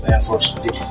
Unfortunately